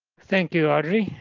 thank you, audrey.